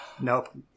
Nope